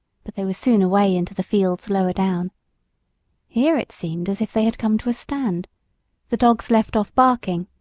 but they were soon away into the fields lower down here it seemed as if they had come to a stand the dogs left off barking,